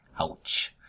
Ouch